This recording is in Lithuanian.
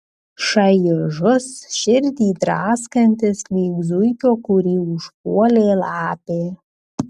šaižus širdį draskantis lyg zuikio kurį užpuolė lapė